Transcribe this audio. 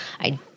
I-